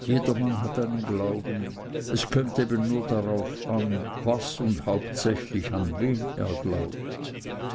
jedermann hat einen glauben es kömmt eben nur darauf an was und hauptsächlich an wen er glaubt